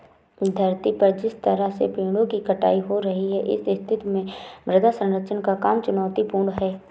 धरती पर जिस तरह से पेड़ों की कटाई हो रही है इस स्थिति में मृदा संरक्षण का काम चुनौतीपूर्ण है